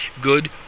good